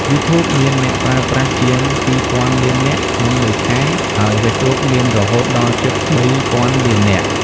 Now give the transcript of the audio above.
យូធូបមានអ្នកប្រើប្រាស់ជាងពីរពាន់លាននាក់ក្នុងមួយខែ ហើយហ្វេសប៊ុកមានរហូតដល់ជិតបីពាន់លាននាក់។